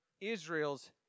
Israel's